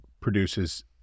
produces